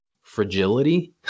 fragility